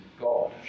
God